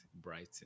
Brighton